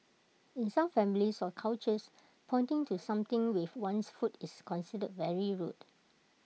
in some families or cultures pointing to something with one's foot is considered very rude